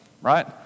right